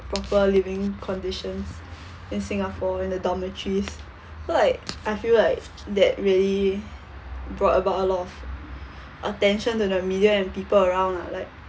proper living conditions in singapore in the dormitories so like I feel like that really brought about a lot of attention to the media and people around lah like